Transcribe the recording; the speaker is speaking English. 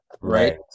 right